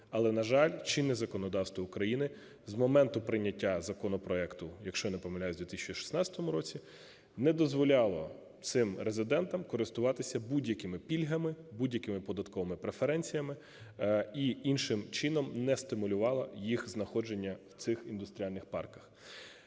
Але, на жаль, чинне законодавство України з моменту прийняття законопроекту, якщо я не помиляюся, в 2016 році, не дозволяло цим резидентам користуватися будь-якими пільгами, будь-якими податковими преференціями і іншим чином не стимулювала їх знаходження в цих індустріальних парках.